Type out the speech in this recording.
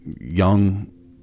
young